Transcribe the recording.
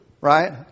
Right